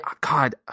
God